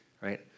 right